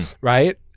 Right